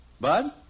Bud